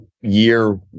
year